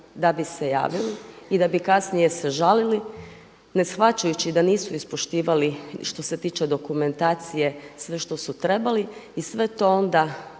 da bi se javili i da bi kasnije se žalili ne shvaćajući da nisu ispoštivali što se tiče dokumentacije sve što su trebali i sve to onda